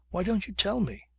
why don't you tell me?